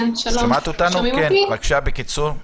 בבקשה, בקיצור.